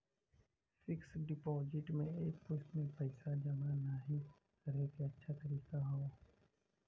fixed deposit में एक मुश्त में पइसा जमा नाहीं करे क अच्छा तरीका हौ